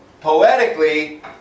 poetically